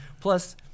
Plus